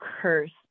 cursed